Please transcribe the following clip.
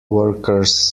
workers